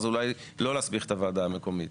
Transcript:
אז אולי לא להסמיך את הוועדה המקומית.